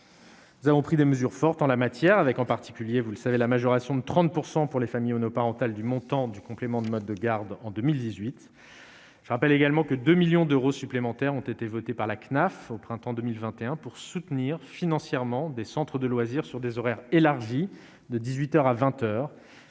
Nous avons pris des mesures fortes en la matière, avec en particulier, vous le savez la majoration de 30 % pour les familles monoparentales du montant du complément de mode de garde en 2018. Je rappelle également que 2 millions d'euros supplémentaires ont été votées par la CNAF au printemps 2021 pour soutenir financièrement des centres de loisirs sur des horaires élargis, de 18 heures